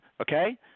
okay